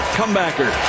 Comebacker